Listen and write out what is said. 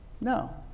No